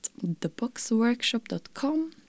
theboxworkshop.com